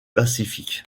pacifique